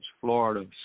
Florida